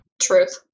Truth